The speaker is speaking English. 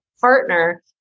partner